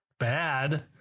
bad